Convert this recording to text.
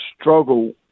struggle